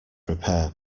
repair